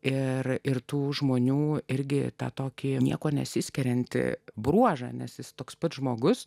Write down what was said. ir ir tų žmonių irgi tą tokie niekuo nesiskirianti bruožą nes jis toks pat žmogus